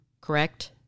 correct